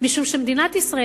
משום שמדינת ישראל,